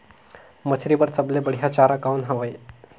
मछरी बर सबले बढ़िया चारा कौन हवय?